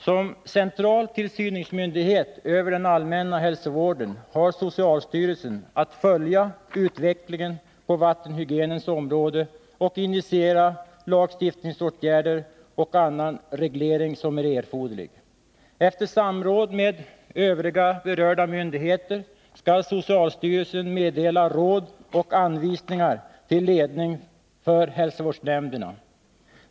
Som central tillsynsmyndighet över den allmänna hälsovården har socialstyrelsen att följa utvecklingen på vattenhygienens område och initiera lagstiftningsåtgärder och annan reglering som är erforderlig. Efter samråd med övriga berörda myndigheter skall socialstyrelsen meddela råd och anvisningar till ledning för hälsovårdsnämnderna.